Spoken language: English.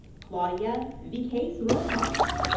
claudia viquez rojas.